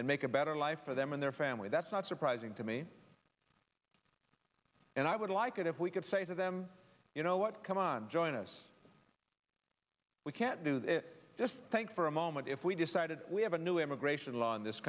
and make a better life for them and their family that's not surprising to me and i would like it if we could say to them you know what come on join us we can't do that just thank for a moment if we decided we have a new immigration law in this